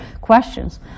questions